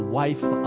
wife